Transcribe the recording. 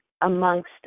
amongst